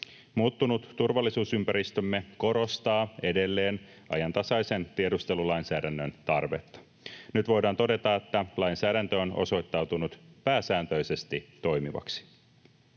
Muuttunut turvallisuusympäristömme korostaa edelleen ajantasaisen tiedustelulainsäädännön tarvetta. Nyt voidaan todeta, että lainsäädäntö on osoittautunut pääsääntöisesti toimivaksi.